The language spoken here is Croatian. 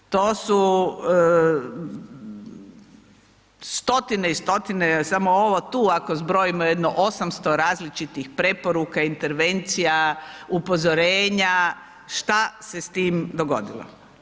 To su stotine i stotine, samo ovo tu ako zbrojimo, jedno 800 različitih preporuka, intervencija, upozorenja, šta se s tim dogodilo?